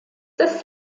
des